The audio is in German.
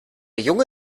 junge